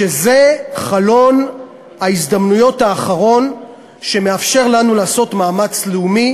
שזה חלון ההזדמנויות האחרון שמאפשר לנו לעשות מאמץ לאומי